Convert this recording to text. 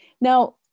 Now